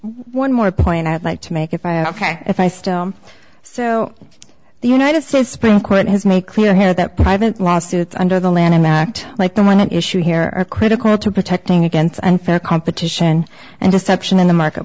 one more point i'd like to make if i ok if i still so the united states supreme court has made clear here that private lawsuits under the lanham act like the one issue here are critical to protecting against unfair competition and deception in the market